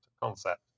concept